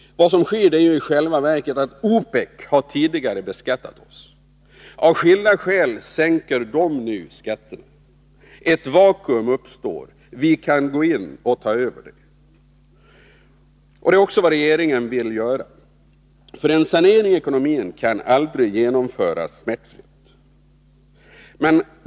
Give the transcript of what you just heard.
Vad som sker är i själva verket att OPEC, som tidigare har beskattat oss, av skilda skäl nu sänker denna skatt. Ett vakuum uppstår. Vi kan gå in och ta över. Det är också vad regeringen vill göra. En sanering av ekonomin kan aldrig genomföras smärtfritt.